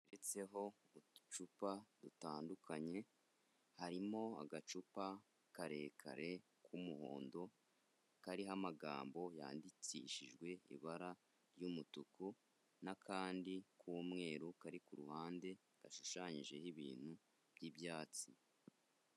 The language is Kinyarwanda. Yanditseho uducupa dutandukanye harimo agacupa karekare k'umuhondo kariho amagambo yandikishijwe ibara ry'umutuku n'akandi k'umweru kari ku ruhande gashushanyijeho ibintu by'ibyatsi.